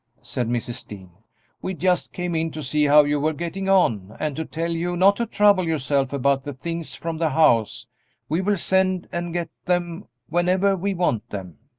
said mrs. dean we just came in to see how you were getting on, and to tell you not to trouble yourself about the things from the house we will send and get them whenever we want them.